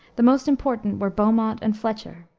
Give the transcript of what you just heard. the most important were beaumont and fletcher,